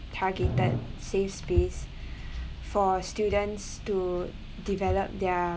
targeted safe space for students to develop their